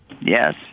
Yes